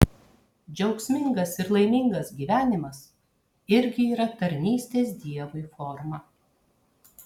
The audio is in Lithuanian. džiaugsmingas ir laimingas gyvenimas irgi yra tarnystės dievui forma